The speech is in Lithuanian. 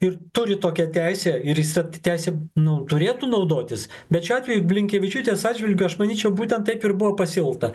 ir turi tokią teisę ir jis ta teise nu turėtų naudotis bet šiuo atveju blinkevičiūtės atžvilgiu aš manyčiau būtent taip ir buvo pasielgta